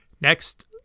Next